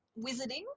wizarding